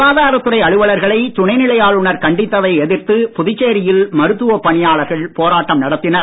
சுகாதாரத் துறை அலுவலர்களை துணைநிலை ஆளுநர் கண்டித்ததை எதிர்த்து புதுச்சேரியில் மருத்துவப் பணியாளர்கள் போராட்டம் நடத்தினர்